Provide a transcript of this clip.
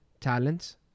talents